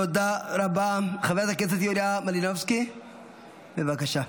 תודה רבה חברת הכנסת יוליה מלינובסקי, בבקשה.